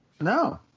No